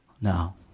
No